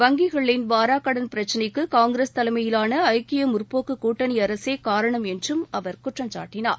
வங்கிகளின் வாராக்கடன் பிரக்சினைக்கு காங்கிரஸ் தலைமையிலான ஐக்கிய முற்போக்குக் கூட்டணி அரசே காரணம் என்றும் அவர் குற்றம்சாட்டினார்